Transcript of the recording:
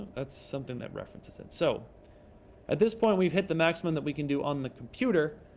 that's something that references it. so at this point, we've hit the maximum that we can do on the computer.